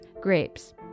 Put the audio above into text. grapes